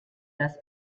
das